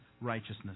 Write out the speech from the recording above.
righteousness